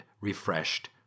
refreshed